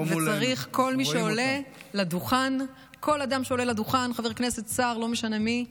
וכל אדם שעולה לדוכן, חבר כנסת, שר, לא משנה מי,